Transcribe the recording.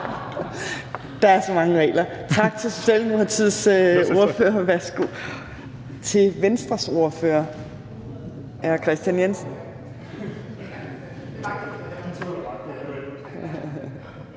Der er så mange regler. Tak til Socialdemokratiets ordfører, og værsgo til Venstres ordfører, hr. Kristian Jensen.